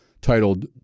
titled